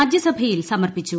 രാജ്യസഭയിൽ സമർപ്പിച്ചു